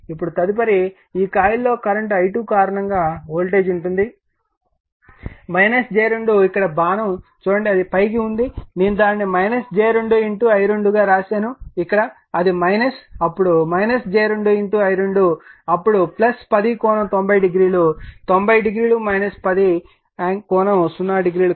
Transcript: ఇప్పుడు తదుపరి ఈ కాయిల్లో కరెంటు i2 కారణంగా వోల్టేజ్ ఉంటుంది j 2 ఇక్కడ బాణం చూడండి అది పైకి ఉంది నేను దానిని j 2 i2 గా రాసాను ఇక్కడ అది అప్పుడు j 2 i2 అప్పుడు 10∠900 90 డిగ్రీ 10 ∠00